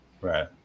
Right